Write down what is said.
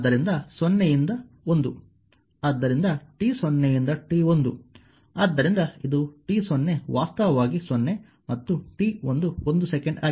ಆದ್ದರಿಂದ t0 ಯಿಂದ t1 ಆದ್ದರಿಂದ ಇದು t0 ವಾಸ್ತವವಾಗಿ 0 ಮತ್ತು t 1 ಒಂದು ಸೆಕೆಂಡ್ ಆಗಿದೆ